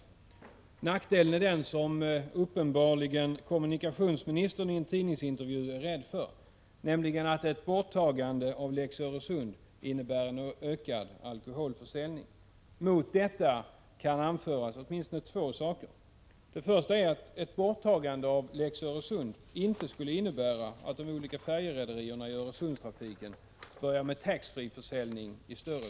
En nackdel, som kommunikationsministern enligt vad som framgår av en tidningsintervju uppenbarligen är rädd för, är att ett borttagande av lex Öresund skulle medföra en ökad alkoholförsäljning. Mot detta kan anföras åtminstone två argument. För det första skulle ett borttagande av lex Öresund inte leda till att färjerederiernas tax-free-försäljning i samband med Öresundstrafiken skulle öka.